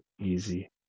easy